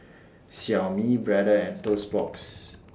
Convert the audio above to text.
Xiaomi Brother and Toast Box